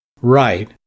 Right